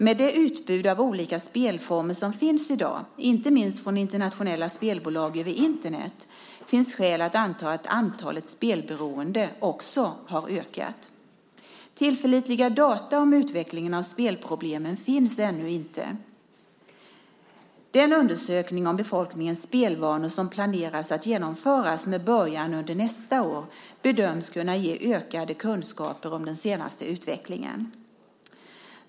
Med det utbud av olika spelformer som finns i dag, inte minst från internationella spelbolag över Internet, finns skäl att anta att antalet spelberoende också har ökat. Tillförlitliga data om utvecklingen av spelproblemen finns ännu inte. Den undersökning om befolkningens spelvanor som man planerar att genomföra med början under nästa år bedöms kunna ge ökade kunskaper om den senaste utvecklingen.